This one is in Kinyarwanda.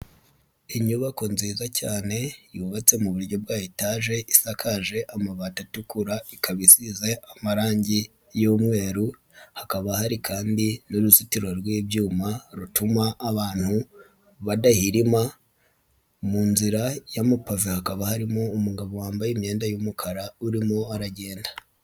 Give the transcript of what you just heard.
Inyubako nziza cyane yubatse mu buryo bwa etaje isakaje amabati atukura ikaba isize amarangi y'umweru, hakaba hari kandi n'uruzitiro rw'ibyuma rutuma abantu badahirima, mu nzira y'amapave hakaba harimo umugabo wambaye imyenda y'umukara urimo aragenda.